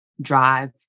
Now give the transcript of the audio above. drive